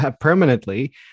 permanently